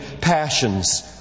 passions